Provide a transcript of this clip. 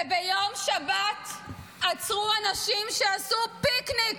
וביום שבת עצרו אנשים שעשו פיקניק.